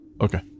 Okay